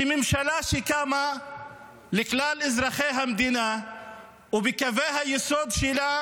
ממשלה שקמה לכלל אזרחי המדינה ובקווי היסוד שלה